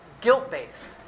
guilt-based